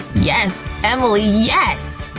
yes, emily, yes!